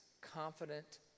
confident